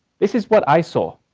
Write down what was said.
this is what i saw